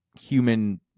human